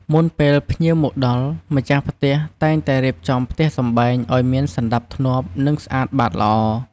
មុនពេលភ្ញៀវមកដល់ ម្ចាស់ផ្ទះតែងតែរៀបចំផ្ទះសម្បែងឱ្យមានសណ្ដាប់ធ្នាប់ និងស្អាតបាតល្អ។